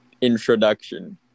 introduction